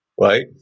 right